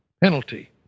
penalty